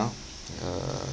uh